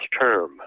term